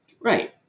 right